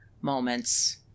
moments